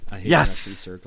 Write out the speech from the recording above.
Yes